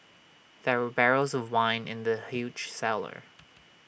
there were barrels of wine in the huge cellar